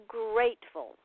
grateful